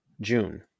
June